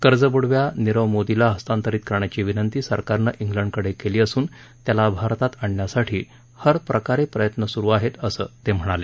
कर्जबुडव्या नीरव मोदीला हस्तांतरित करण्याची विनंती सरकारन ग्लडकडे केली असून त्याला भारतात आणण्यासाठी हर प्रकारे प्रयत्न चालू आहेत असं ते म्हणाले